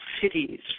cities